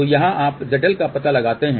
तो यहाँ आप zL का पता लगाते हैं